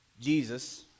Jesus